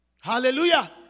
Hallelujah